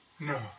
No